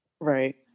Right